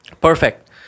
perfect